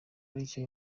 aricyo